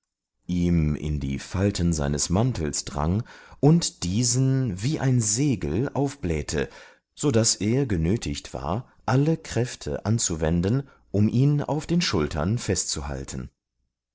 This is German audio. ihm in die falten seines mantels drang und diesen wie ein segel aufblähte so daß er genötigt war alle kräfte anzuwenden um ihn auf den schultern festzuhalten